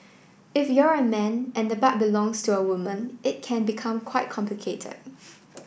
if you're a man and the butt belongs to a woman it can become quite complicated